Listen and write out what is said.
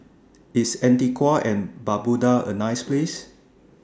IS Antigua and Barbuda A nice Place